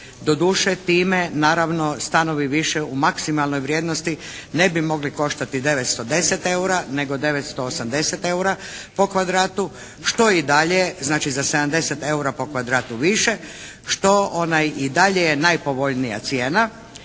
Doduše time naravno stanovi više u maksimalnoj vrijednosti ne bi mogli koštati 910 EUR-a nego 980 EUR-a po kvadratu što i dalje znači za 70 EUR-a po kvadratu više što i dalje je najpovoljnija cijena.